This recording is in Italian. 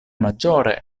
maggiore